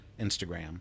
Instagram